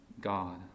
God